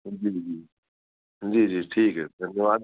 جی جی جی جی ٹھیک ہے سر